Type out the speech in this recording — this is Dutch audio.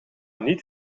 niet